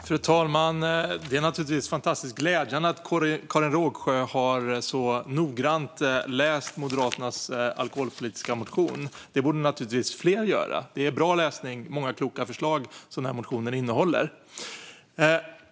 Fru talman! Det är naturligtvis fantastiskt glädjande att Karin Rågsjö har läst Moderaternas alkoholpolitiska motion så noggrant. Det borde naturligtvis fler göra. Det är bra läsning som innehåller många kloka förslag.